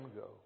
go